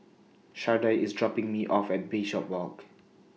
Shardae IS dropping Me off At Bishopswalk